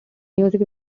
music